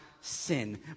sin